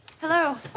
Hello